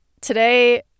Today